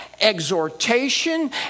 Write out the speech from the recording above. exhortation